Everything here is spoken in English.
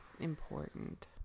Important